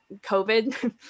COVID